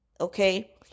okay